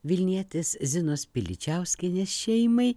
vilnietės zinos piličiauskienės šeimai